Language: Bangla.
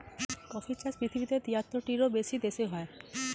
কফির চাষ পৃথিবীতে তিয়াত্তরটিরও বেশি দেশে হয়